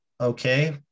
okay